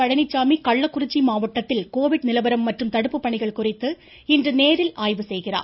பழனிசாமி கள்ளக்குறிச்சி மாவட்டத்தில் கோவிட் நிலவரம் மற்றும் தடுப்பு பணிகள் குறித்து இன்று நேரில் ஆய்வு செய்கிறார்